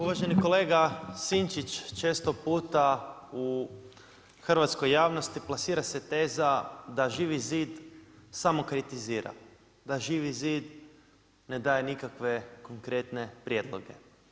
Uvaženi kolega Sinčić, često puta u hrvatskoj javnosti plasira se teza za Živi zid samo kritizira, da Živi zid ne daje nikakve konkretne prijedloge.